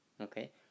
Okay